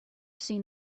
seen